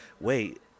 Wait